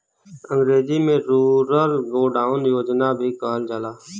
अंग्रेजी में rural godown योजना भी कहल जाला